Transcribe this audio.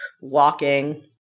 walking